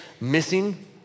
missing